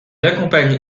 accompagne